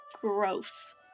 gross